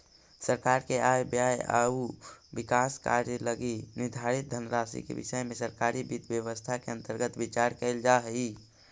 सरकार के आय व्यय आउ विकास कार्य लगी निर्धारित धनराशि के विषय में सरकारी वित्त व्यवस्था के अंतर्गत विचार कैल जा हइ